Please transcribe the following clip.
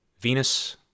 Venus